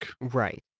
Right